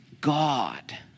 God